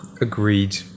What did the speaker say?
agreed